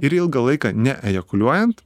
ir ilgą laiką neejakuliuojant